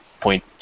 point